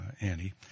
Annie